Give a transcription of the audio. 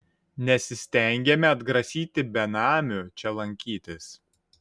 nesistengiame atgrasyti benamių čia lankytis